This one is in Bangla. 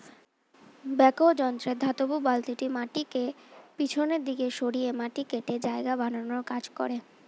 ব্যাকহো যন্ত্রে ধাতব বালতিটি মাটিকে পিছনের দিকে সরিয়ে মাটি কেটে জায়গা বানানোর কাজ করে